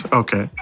okay